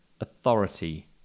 authority